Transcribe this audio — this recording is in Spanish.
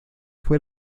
fue